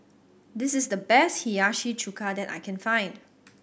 this is the best Hiyashi Chuka that I can find